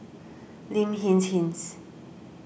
Lin Hsin Hsin